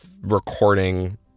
recording